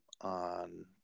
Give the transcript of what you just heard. on